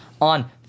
on